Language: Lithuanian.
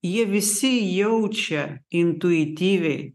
jie visi jaučia intuityviai